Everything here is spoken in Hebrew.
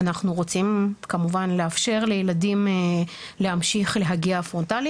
אנחנו רוצים כמובן לאפשר לילדים להמשיך להגיע פרונטלית.